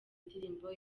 indirimbo